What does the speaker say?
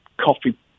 coffee